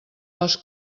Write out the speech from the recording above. les